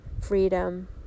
freedom